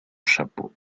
chapeau